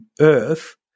Earth